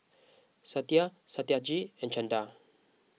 Satya Satyajit and Chanda